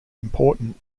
important